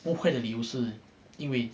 不会的理由是因为